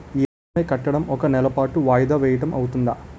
EMI కట్టడం ఒక నెల పాటు వాయిదా వేయటం అవ్తుందా?